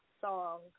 song